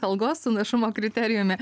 algos su našumo kriterijumi